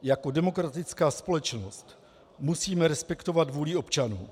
Jako demokratická společnost musíme respektovat vůli občanů.